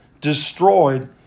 destroyed